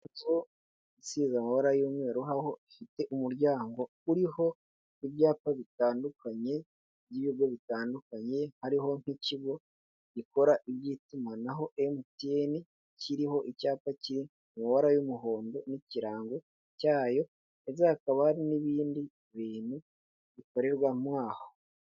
Inzu isize amabara y'umweru nk'aho ifite umuryango uriho ibyapa bitandukanye by'ibigo bitandukanye, hariho nk'ikigo gikora iby'itumanaho emutiyeni kiriho icyapa kiri mu mabara y'umuhondo n'ikirango cyayo, hanze hakaba hari n'ibindi bintu bikorerwa mo aho.